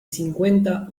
cincuenta